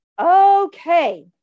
okay